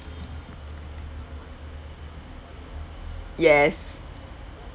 yes